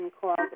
called